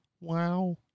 wow